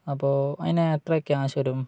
അപ്പോള് അതിന് എത്ര ക്യാഷ് വരും